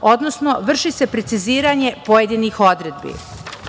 odnosno vrši se preciziranje pojedinih odredbi. Pored